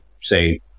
say